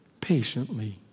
patiently